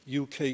UK